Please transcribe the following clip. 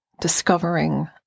discovering